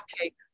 take